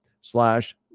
slash